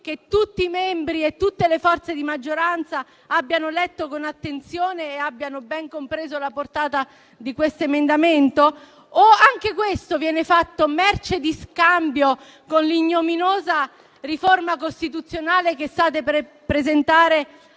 che tutti i membri e tutte le forze di maggioranza abbiano letto con attenzione e abbiano ben compreso la portata di questo emendamento? O anche questo viene reso merce di scambio con l'ignominiosa riforma costituzionale che state per presentare